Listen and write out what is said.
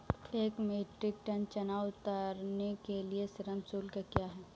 एक metric ton चना उतारने के लिए श्रम शुल्क क्या है?